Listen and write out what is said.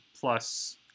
plus